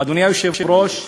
אדוני היושב-ראש,